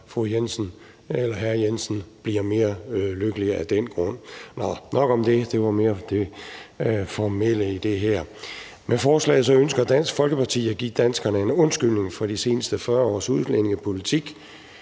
om fru Jensen eller hr. Jensen bliver mere lykkelige af den grund. Nå, nok om det. Det var mere det formelle i det her. Med forslaget ønsker Dansk Folkeparti at give danskerne en undskyldning for de seneste 40 års udlændingepolitik.